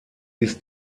ist